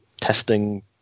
testing